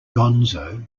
gonzo